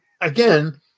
again